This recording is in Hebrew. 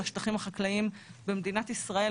על השטחים החקלאיים במדינת ישראל,